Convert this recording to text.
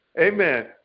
amen